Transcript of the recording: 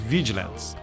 Vigilance